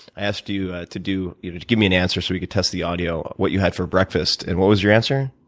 i asked you to do to to give me an answer so we could test the audio, what you had for breakfast, and what was your answer?